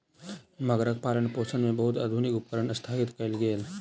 मगरक पालनपोषण मे बहुत आधुनिक उपकरण स्थापित कयल गेल